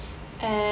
and